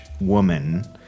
woman